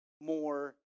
more